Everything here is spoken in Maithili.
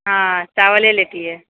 हाँ चावल लए लेतिए